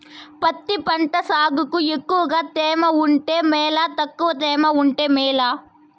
పత్తి పంట సాగుకు ఎక్కువగా తేమ ఉంటే మేలా తక్కువ తేమ ఉంటే మేలా?